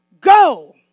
go